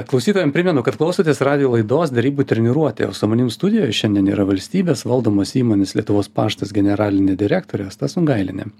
klausytojam primenu kad klausotės radijo laidos derybų treniruotė o su manim studijoj šiandien yra valstybės valdomos įmonės lietuvos paštas generalinė direktorė asta sungailienė